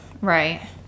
Right